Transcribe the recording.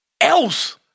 else